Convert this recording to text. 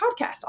Podcast